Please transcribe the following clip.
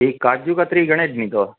ही काजू कतरी घणे ॾिनी अथव